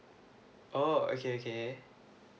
oh okay okay